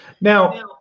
Now